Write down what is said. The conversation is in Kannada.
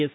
ಎಸ್